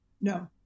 No